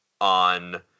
on